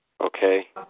Okay